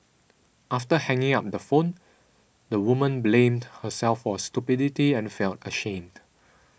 after hanging up the phone the woman blamed herself for stupidity and felt ashamed